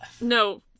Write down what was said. No